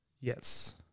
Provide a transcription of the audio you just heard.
Yes